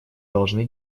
должны